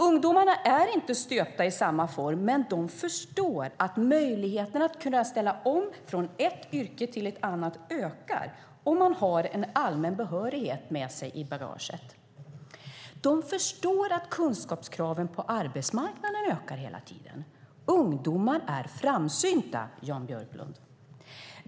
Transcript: Ungdomar är inte stöpta i samma form, men de förstår att möjligheterna att ställa om från ett yrke till ett annat ökar om man har en allmän behörighet med sig i bagaget. De förstår att kunskapskraven på arbetsmarknaden ökar hela tiden. Ungdomar är framsynta, Jan Björklund.